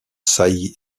saillie